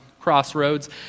crossroads